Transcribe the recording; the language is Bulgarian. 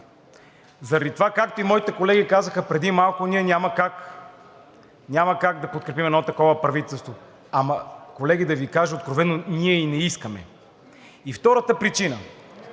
Заради това, както и моите колеги казаха преди малко: ние няма как да подкрепим едно такова правителство! Ама, колеги, да Ви кажа откровено – ние и не искаме! (Реплики,